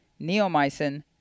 neomycin